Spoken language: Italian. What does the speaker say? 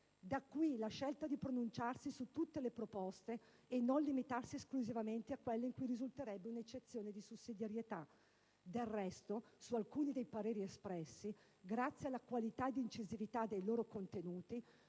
Da qui la scelta di pronunciarsi su tutte le proposte e non limitarsi esclusivamente a quelle in cui risulterebbe un'eccezione di sussidiarietà. Del resto, su alcuni dei pareri espressi, grazie alla qualità ed incisività dei loro contenuti,